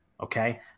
Okay